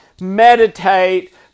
meditate